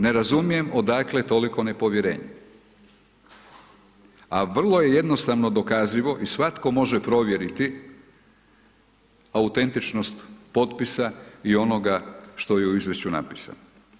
Ne razumijem odakle toliko nepovjerenje, a vrlo je jednostavno dokazivo i svatko može provjeriti autentičnost potpisa i onoga što je u izvješću napisano.